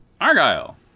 Argyle